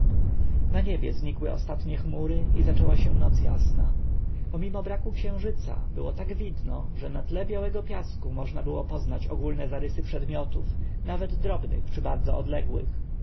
na niebie znikły ostatnie chmury i zaczęła się noc jasna pomimo braku księżyca było tak widno że na tle białego piasku można było poznać ogólne zarysy przedmiotów nawet drobnych czy bardzo odległych